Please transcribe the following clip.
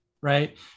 right